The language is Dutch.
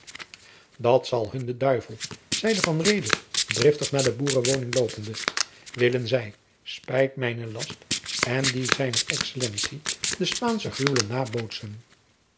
dat zal hun de duivel zeide van reede driftig naar de boerenwoning loopende willen zij spijt mijne last en die zijner excellentie de spaansche gruwelen nabootsen